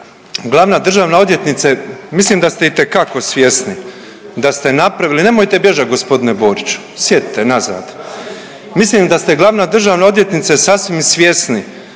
glavna državna odvjetnice mislim da ste itekako svjesni da ste napravili, nemojte bježat g. Boriću, sjedite nazad, mislim da ste glavna državna odvjetnice sasvim svjesni